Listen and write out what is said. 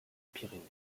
pyrénées